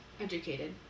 Educated